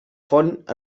font